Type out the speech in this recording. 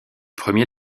premier